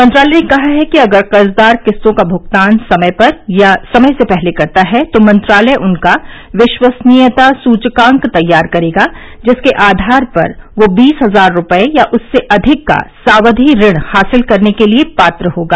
मंत्रालय ने कहा कि अगर कर्जदार किस्तों का भुगतान समय पर या समय से पहले करता है तो मंत्रालय उनका विश्वसनीयता सूचकांक तैयार करेगा जिसके आधार पर वह बीस हजार रूपये या उससे अधिक का सावधि ऋण हासिल करने के लिए पात्र होगा